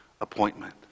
appointment